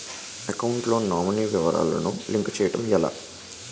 Account లో nominee వివరాలు link చేయటం ఎలా?